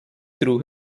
through